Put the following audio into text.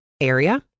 area